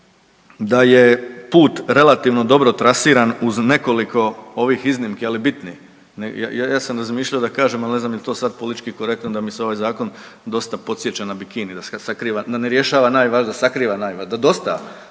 da je put relativno dobro trasiran uz nekoliko ovih iznimki, ali bitnih, ja sam razmišljao da kažem, al ne znam jel to sad politički korektno da me ovaj zakon dosta podsjeća na bikini, da sakriva, da ne rješava najvažnije, da sakriva najvažnije, da dosta